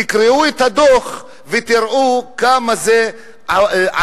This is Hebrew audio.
תקראו את הדוח ותראו עד כמה זה עלה,